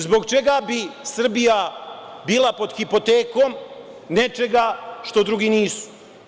Zbog čega bi Srbija bila pod hipotekom nečega što drugi nisu.